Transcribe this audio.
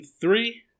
three